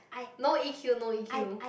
no e_q no e_q